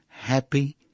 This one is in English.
Happy